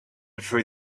for